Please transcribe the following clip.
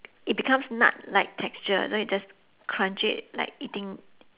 it becomes nut like texture so you just crunch it like eating